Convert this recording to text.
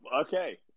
Okay